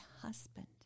husband